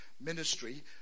ministry